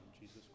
Jesus